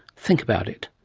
think about it.